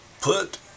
put